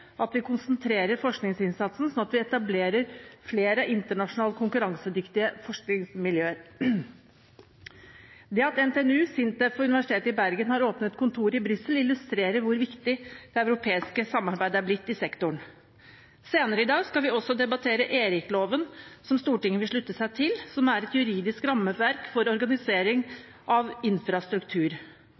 at vi konsentrerer forskningsinnsatsen, slik at vi etablerer flere internasjonalt konkurransedyktige forskningsmiljøer. Det at NTNU, SINTEF og Universitetet i Bergen har åpnet kontor i Brussel, illustrerer hvor viktig det europeiske samarbeidet er blitt i sektoren. Senere i dag skal vi debattere ERIC-loven, som Stortinget vil slutte seg til, som er et juridisk rammeverk for organisering av infrastruktur.